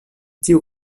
tiu